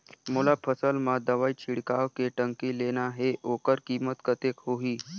मोला फसल मां दवाई छिड़काव के टंकी लेना हे ओकर कीमत कतेक होही?